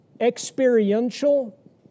experiential